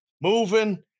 moving